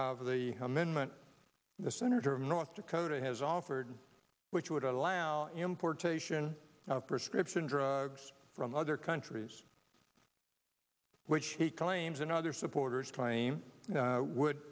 the amendment the senator of north dakota has offered which would allow importation of prescription drugs from other countries which he claims and other supporters claim would